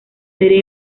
serie